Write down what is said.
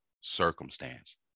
circumstance